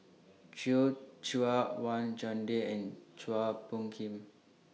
Joi Chua Wang Chunde and Chua Phung Kim